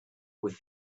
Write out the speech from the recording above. with